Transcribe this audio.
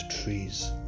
trees